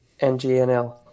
NGNL